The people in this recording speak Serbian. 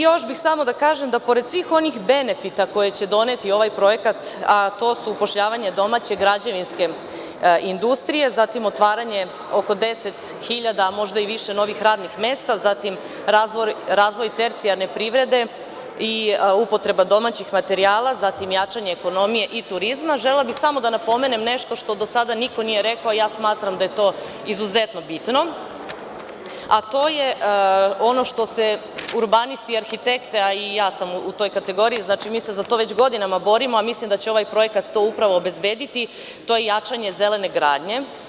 Još bih samo da kažem da pored svih onih benefita koje će doneti ovaj projekat, a to su upošljavanje domaće građevinske industrije, zatim, otvaranje oko 10.000, a možda i više novih radnih mesta, zatim, razvoj tercijarne privrede i upotreba domaćih materijala, zatim, jačanje ekonomije i turizma, želela bih samo da napomenem nešto što do sada niko nije rekao, što smatram da je izuzetno bitno, a to je ono što se urbanisti i arhitekte, a i ja sam u toj kategoriji, znači, mi se za to već godinama borimo, a mislim da će ovaj projekat to upravo obezbediti, to je jačanje zelene gradnje.